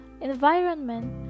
environment